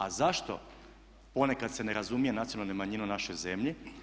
A zašto ponekad se ne razumije nacionalne manjine u našoj zemlji?